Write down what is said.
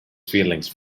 feelings